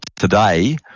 today